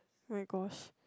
oh-my-gosh